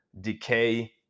decay